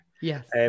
Yes